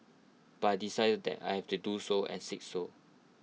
but decided that I have to do so and said so